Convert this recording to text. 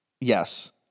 Yes